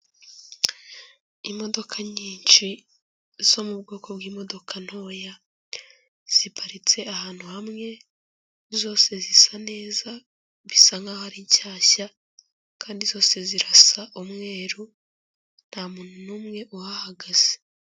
Imodoka nyinshi zo mu bwoko bw'imodoka ntoya ziparitse ahantu hamwe zose zisa neza bisa nkaho ari nshyashya kandi zose zirasa umweru nta muntu n'umwe uhahagaze.